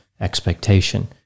expectation